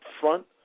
front